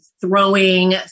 throwing